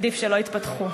עדיף שלא יתפתחו.